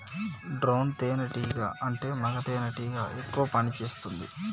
drone తేనే టీగా అంటే మగ తెనెటీగ ఎక్కువ పని చేస్తుంది